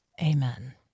Amen